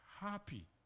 happy